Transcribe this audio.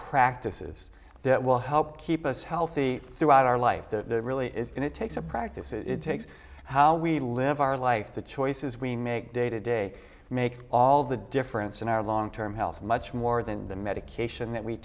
practices that will help keep us healthy throughout our life to really is and it takes a practice it takes how we live our life the choices we make day to day makes all the difference in our long term health much more than the medication that we